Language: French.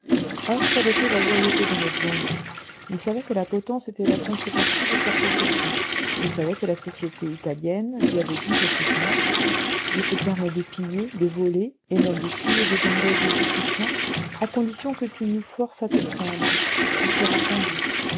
or telle était la loyauté de notre bandit il savait que la potence était la contre-partie de sa profession il savait que la société italienne lui avait dit tacitement je te permets de piller de voler et même de tuer des anglais et des autrichiens à condition que si tu nous forces à te prendre tu seras pendu